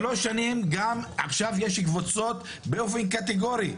שלוש שנים עכשיו יש קבוצות באופן קטגורי,